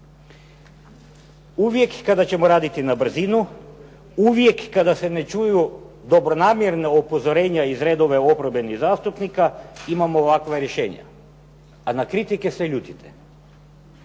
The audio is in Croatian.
Uvijek kada ćemo raditi na brzinu, uvijek kada se ne čuju dobronamjerna upozorenja iz redova oporbenih zastupnika imamo ovakva rješenja a na kritike se ljutite.